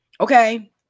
Okay